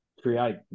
create